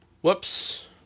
Whoops